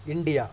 India